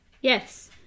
Yes